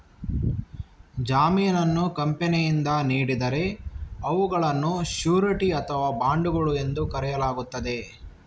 ಜಾಮೀನನ್ನು ಕಂಪನಿಯಿಂದ ನೀಡಿದರೆ ಅವುಗಳನ್ನು ಶ್ಯೂರಿಟಿ ಅಥವಾ ಬಾಂಡುಗಳು ಎಂದು ಕರೆಯಲಾಗುತ್ತದೆ